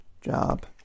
job